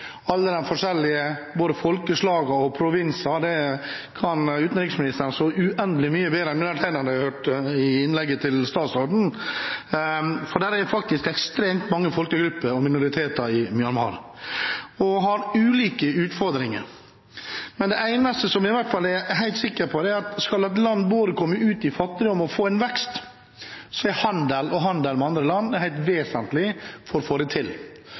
kan utenriksministeren så uendelig mye bedre. Jeg hørte innlegget til statsråden. Det er ekstremt mange folkegrupper og minoriteter i Myanmar, og de har ulike utfordringer. Det eneste jeg er helt sikker på, er at skal et land både komme ut av fattigdom og få en vekst, er handel – og handel med andre land – helt vesentlig for å få det til.